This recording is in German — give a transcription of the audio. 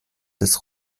des